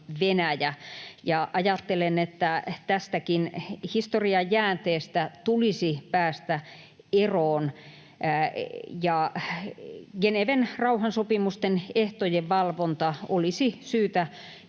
Ajattelen, että tästäkin historian jäänteestä tulisi päästä eroon ja Geneven rauhansopimusten ehtojen valvonta olisi syytä